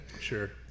Sure